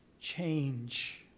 change